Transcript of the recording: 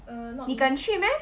你敢去 meh